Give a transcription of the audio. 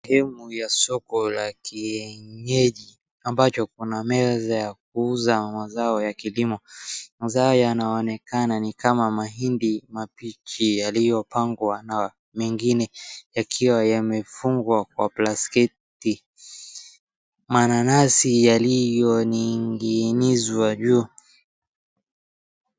Sehemu la soko ya kienyeji ambacho kuna meza ya kuuza mazao ya kilimo. Mazao yanaonekana ni kama mahindi mabichi yaliyopangwa na mengine yakiwa yamefungwa kwa plastiki. Mananasi yaliyo ning'inizwa juu.